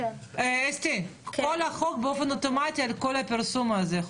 אסתי, כל החוק אוטומטית על כל הפרסום הזה?